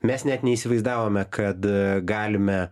mes net neįsivaizdavome kad galime